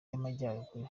y’amajyaruguru